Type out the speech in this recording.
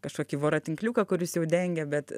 kažkokį voratinkliuką kuris jau dengia bet